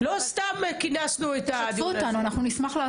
לא סתם כינסנו את הדיון הזה.